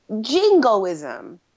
jingoism